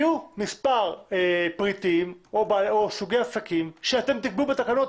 יהיו מספר פריטים או סוגי עסקים שאתם תקבעו בתקנות